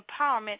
empowerment